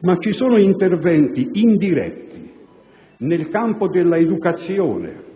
ma ci sono interventi indiretti nel campo dell'educazione,